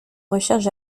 recherche